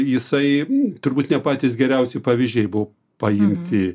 jisai turbūt ne patys geriausi pavyzdžiai buvo paimti